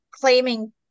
claiming